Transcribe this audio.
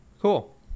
cool